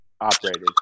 operated